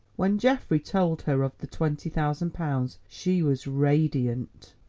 when geoffrey told her of the twenty thousand pounds she was radiant.